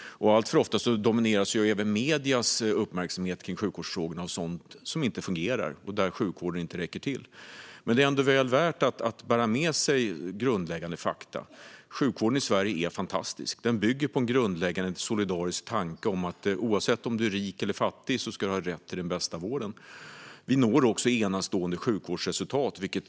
Alltför ofta domineras ju även mediernas uppmärksamhet kring sjukvårdsfrågorna av sådant som inte fungerar och där sjukvården inte räcker till. Det är ändå väl värt att bära med sig grundläggande fakta. Sjukvården i Sverige är fantastisk. Den bygger på en grundläggande, solidarisk tanke om att man, oavsett om man är rik eller fattig, ska ha rätt till den bästa vården. Vi når också enastående sjukvårdsresultat.